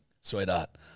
sweetheart